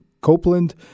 Copeland